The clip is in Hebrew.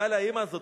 באה אלי האמא הזאת,